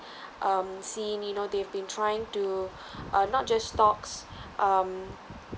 um seen you know they've been trying to uh not just stocks um